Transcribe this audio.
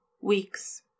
Weeks